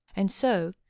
and so,